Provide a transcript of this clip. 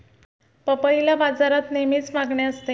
पपईला बाजारात नेहमीच मागणी असते